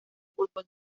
fútbol